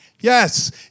Yes